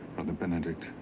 brother benedict,